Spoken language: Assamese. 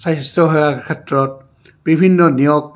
স্বাস্থ্যসেৱাৰ ক্ষেত্ৰত বিভিন্ন নিয়োগ